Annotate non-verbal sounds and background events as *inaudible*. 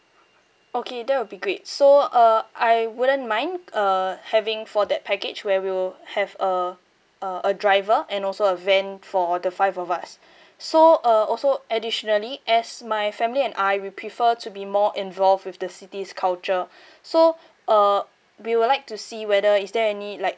okay that would be great so uh I wouldn't mind uh having for that package where we'll have a a a driver and also a van for the five of us *breath* so uh also additionally as my family and I we prefer to be more involved with the city's culture *breath* so uh we would like to see whether is there any like